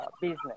business